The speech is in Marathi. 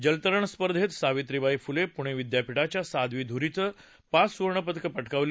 जलतरण स्पर्धेत सावित्रीबाई फुले पुणे विद्यापीठाच्या साध्वी धुरीनं पाच सुवर्णपदकं पटकावली